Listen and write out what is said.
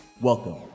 Welcome